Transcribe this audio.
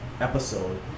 episode